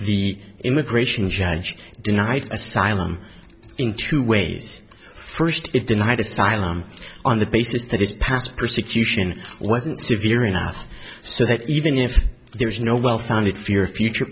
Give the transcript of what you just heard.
the immigration judge denied asylum in two ways first it denied asylum on the basis that his past persecution wasn't severe enough so that even if there was no well founded fear a future